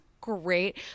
great